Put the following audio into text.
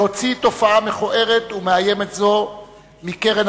להוציא תופעה מכוערת ומאיימת זו מקרן